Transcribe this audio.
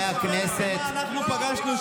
אני אספר לכם מה אנחנו פגשנו שם.